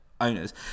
owners